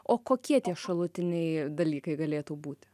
o kokie tie šalutiniai dalykai galėtų būti